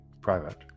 private